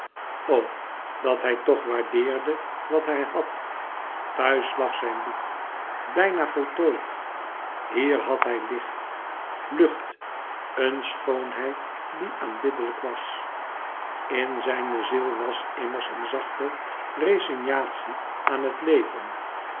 dat hij toch waardeerde wat hij had thuis lag zijn boek bijna voltooid hier had hij licht lucht een schoonheid die aanbiddelijk was in zijne ziel was immers een zachte resignatie aan het leven